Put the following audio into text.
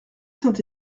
saint